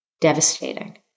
devastating